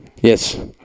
Yes